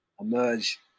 emerge